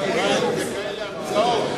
עזוב חוק הגירה וכאלה המצאות,